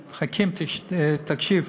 חכים, תקשיב.